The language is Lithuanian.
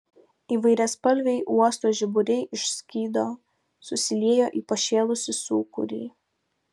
įvairiaspalviai uosto žiburiai išskydo susiliejo į pašėlusį sūkurį